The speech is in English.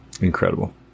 incredible